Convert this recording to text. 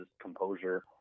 composure